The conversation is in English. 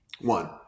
One